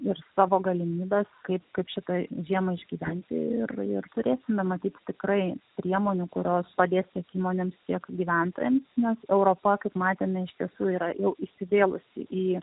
ir savo galimybes kaip kaip šitą žiemą išgyventi ir ir turėsime matyt tikrai priemonių kurios padės tiek įmonėms tiek gyventojams nes europa kaip matėme iš tiesų yra jau įsivėlusi į